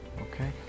okay